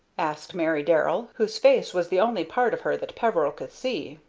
asked mary darrell, whose face was the only part of her that peveril could see.